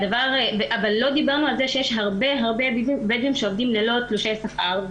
אבל לא דיברנו על כך שיש הרבה מאוד בדואים שעובדים ללא תלושי שכר,